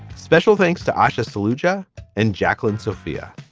special thanks to asha soldier and jaclyn sophia.